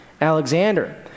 Alexander